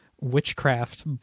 witchcraft